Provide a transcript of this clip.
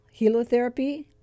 helotherapy